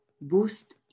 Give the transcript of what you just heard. boost